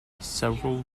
several